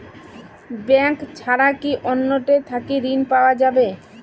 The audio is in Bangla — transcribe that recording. ব্যাংক ছাড়া কি অন্য টে থাকি ঋণ পাওয়া যাবে?